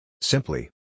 Simply